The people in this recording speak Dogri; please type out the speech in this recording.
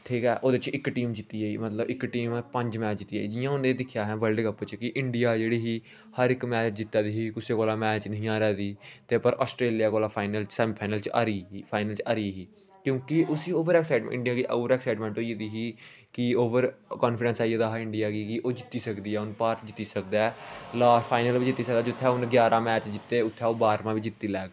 ठीक ऐ ओहदे च इक टीम जित्ती गेई मतलब इक टीम पंज मैच जित्ती गेई जियां हून जेही दिक्खेआ असें वर्ल्ड कप च गी इंडिया जेह्ड़ी ही हर इक मैच जित्ता दी ही कुसै कोला मैच नेईं ही हारा दी ते पर आस्ट्रेलिया फाइनल च सेमी फाइनल च हारी गेई क्योंकि उसी ओवर ऐक्साइटमेंट होई गेदी ओवर ऐक्साइटमेंट होई गेदी ही कि ओवर कान्फीडेंस आई गेदा हा इंडिया गी कि ओह् जित्ती सकदी ऐ हून भारत जित्ती सकदा ऐ लास्ट फाइनल बी जित्ती सकदा ऐ जित्थे उ'नें ग्यारा मैच जित्ते उत्थें ओह् बाह्रमां बी जित्ती लैग